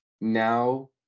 Now